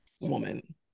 woman